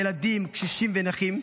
ילדים, קשישים ונכים,